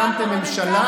והקמתם ממשלה,